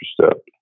step